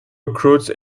recruits